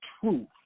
truth